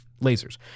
lasers